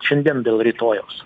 šiandien dėl rytojaus